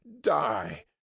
die